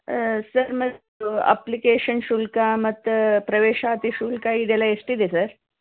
sir ಮತ್ತು application ಶುಲ್ಕ ಮತ್ತು ಪ್ರವೇಶಾತಿ ಶುಲ್ಕ ಇದೆಲ್ಲ ಎಷ್ಟಿದೆ ಸರ್